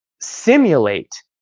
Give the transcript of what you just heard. simulate